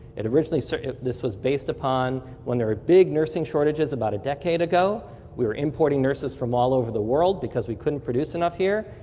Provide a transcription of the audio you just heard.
originally so this was based upon when there are big nursing shortages about a decade ago, we were importing nurses from all over the world because we couldn't produce enough here.